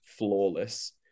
Flawless